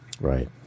Right